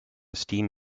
steam